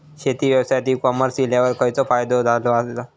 शेती व्यवसायात e commerce इल्यावर खयचो फायदो झालो आसा?